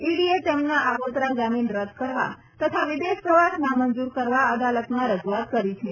ઈડીએ તેમના આગોતરા જામીન રદ કરવા તથા વિદેશ પ્રવાસ નામંજૂર કરવા અદાલતમાં રજૂઆત કરી છે